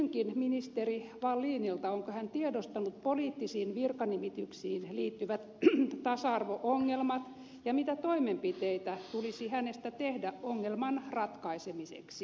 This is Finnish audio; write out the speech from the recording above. kysynkin ministeri wallinilta onko hän tiedostanut poliittisiin virkanimityksiin liittyvät tasa arvo ongelmat ja mitä toimenpiteitä tulisi hänestä tehdä ongelman ratkaisemiseksi